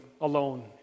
alone